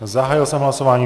Zahájil jsem hlasování.